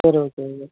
சரி ஓகேங்க